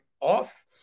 off